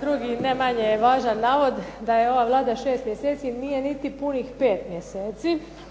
Drugi ne manje važan navod, da je ova Vlada 6 mjeseci. Nije niti punih 5 mjeseci.